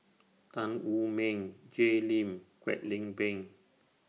Tan Wu Meng Jay Lim Kwek Leng Beng